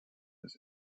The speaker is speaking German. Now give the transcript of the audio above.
des